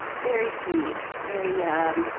very sweet, very yeah